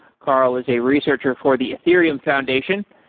carl is a researcher for the ethereum foundation,